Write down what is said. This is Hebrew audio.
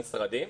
למשרדים.